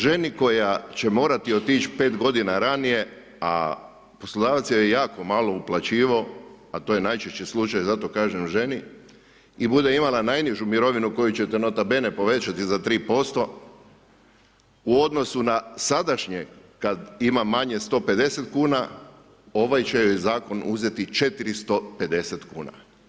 Ženi koja će morati otići 5 godina ranije, a poslodavac joj je jako malo uplaćivao, a to je najčešći slučaj, zato kažem ženi i bude imala najnižu mirovinu koju ćete nota bene povećati za 3%, u odnosi na sadašnje kada ima manje 150,00 kn, ovaj Zakon će joj uzeti 450,00 kn.